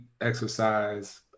exercise